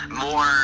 More